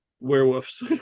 Werewolves